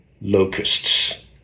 locusts